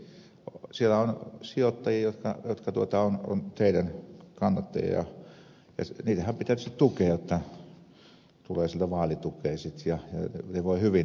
siellä on sijoittajia jotka ovat teidän kannattajianne ja niitähän pitää tietysti tukea jotta tulee sieltä vaalitukea sitten ja ne sijoittajat voivat hyvin